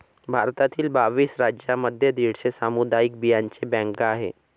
भारतातील बावीस राज्यांमध्ये दीडशे सामुदायिक बियांचे बँका आहेत